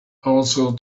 also